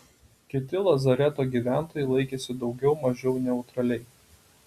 kiti lazareto gyventojai laikėsi daugiau mažiau neutraliai